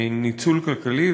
ניצול כלכלי,